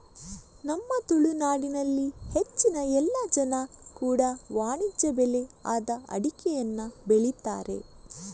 ನಮ್ಮ ತುಳುನಾಡಿನಲ್ಲಿ ಹೆಚ್ಚಿನ ಎಲ್ಲ ಜನ ಕೂಡಾ ವಾಣಿಜ್ಯ ಬೆಳೆ ಆದ ಅಡಿಕೆಯನ್ನ ಬೆಳೀತಾರೆ